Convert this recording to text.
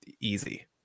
easy